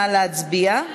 נא להצביע.